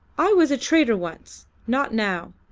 i was a trader once, not now,